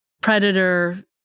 predator